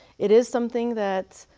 it is something that,